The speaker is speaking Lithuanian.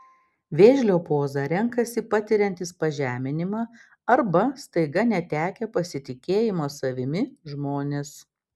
vėžlio pozą renkasi patiriantys pažeminimą arba staiga netekę pasitikėjimo savimi žmonės